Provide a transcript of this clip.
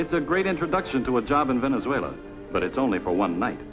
it's a great introduction to a job in venezuela but it's only for one night